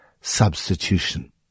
substitution